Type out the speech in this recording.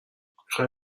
خوای